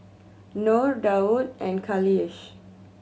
Nor Daud and Khalish